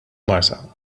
marsa